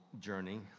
journey